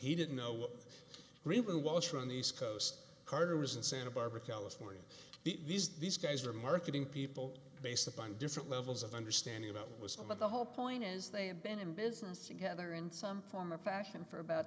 he didn't know who was from the east coast carter was in santa barbara california these these guys are marketing people based upon different levels of understanding about was all but the whole point is they have been in business together in some form or fashion for about